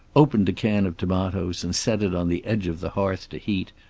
opened a can of tomatoes and set it on the edge of the hearth to heat,